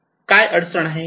काय अडचण आहे